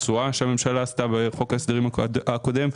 תשואה שהממשלה עשתה בחוק ההסדרים הקודם.